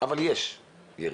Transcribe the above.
אבל יש ירידה.